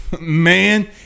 Man